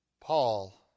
Paul